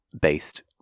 based